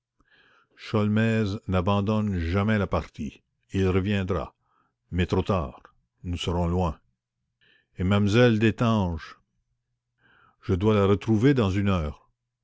n'abandonne jamais la partie il reviendra mais trop tard nous serons loin et m lle destange je dois la retrouver dans une heure